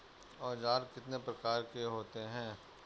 औज़ार कितने प्रकार के होते हैं?